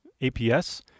APS